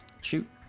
Shoot